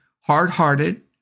hard-hearted